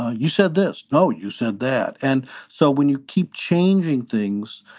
ah you said this. no, you said that. and so when you keep changing things,